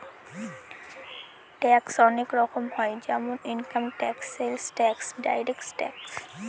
tax অনেক রকম হয় যেমন income tax, sales tax, direct tax